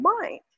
mind